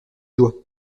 doigt